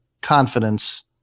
confidence